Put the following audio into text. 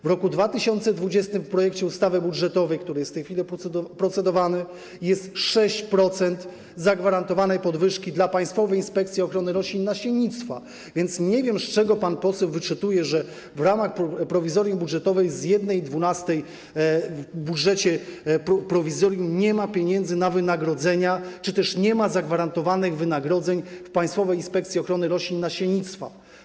W roku 2020 w projekcie ustawy budżetowej, który jest w tej chwili procedowany, jest 6% zagwarantowanej podwyżki dla Państwowej Inspekcji Ochrony Roślin i Nasiennictwa, więc nie wiem, z czego pan poseł wyczytuje, że w ramach prowizorium budżetowego, jeśli chodzi o 1/12, w budżecie prowizorium nie ma pieniędzy na wynagrodzenia czy też nie ma zagwarantowanych wynagrodzeń w Państwowej Inspekcji Ochrony Roślin i Nasiennictwa.